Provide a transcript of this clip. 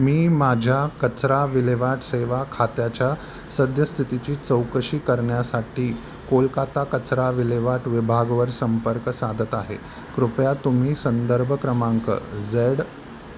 मी माझ्या कचरा विल्हेवाट सेवा खात्याच्या सद्यस्थितीची चौकशी करण्यासाठी कोलकाता कचरा विल्हेवाट विभागवर संपर्क साधत आहे कृपया तुम्ही संदर्भ क्रमांक झेड